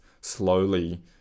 slowly